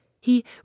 He